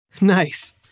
Nice